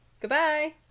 Goodbye